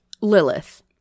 Lilith